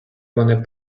вони